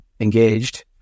engaged